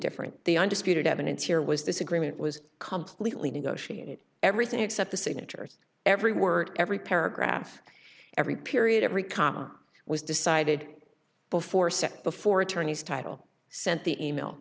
different the undisputed evidence here was this agreement was completely negotiated everything except the signatures every word every paragraph every period every comma was decided before set before attorneys title sent the e mail